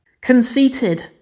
Conceited